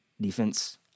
defense